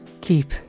Keep